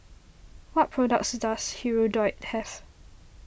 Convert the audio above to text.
what products does Hirudoid have